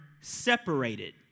separated